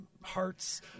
hearts